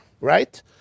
right